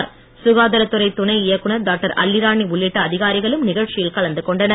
ககாதாரத்துறை துணை இயக்குனர் டாக்டர் அல்லிராணி உள்ளிட்ட அதிகாரிகளும் நிகழ்ச்சியில் கலந்துகொண்டனர்